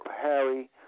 Harry